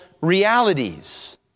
realities